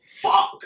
fuck